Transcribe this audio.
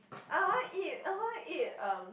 I want eat I want eat um